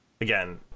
Again